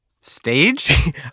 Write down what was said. Stage